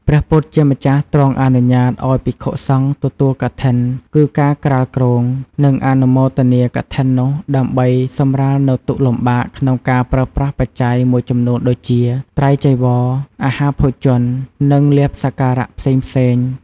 ព្រះពុទ្ធជាម្ចាស់ទ្រង់អនុញ្ញាតឱ្យភិក្ខុសង្ឃទទួលកឋិន គឺការក្រាលគ្រង និងអនុមោនាកឋិននោះដើម្បីសម្រាលនូវទុក្ខលំបាកក្នុងការប្រើប្រាស់បច្ច័យមួយចំនួនដូចជា ត្រៃចីវរ អាហារភោជន និងលាភសក្ការៈផ្សេងៗ ។